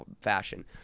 fashion